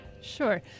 Sure